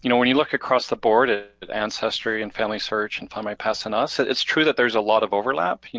you know when you look across the board at ancestry and family search and find my past in us, it's true that there's a lot of overlap.